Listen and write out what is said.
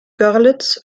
görlitz